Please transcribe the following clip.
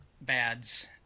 bads